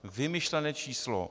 Vymyšlené číslo.